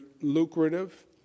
lucrative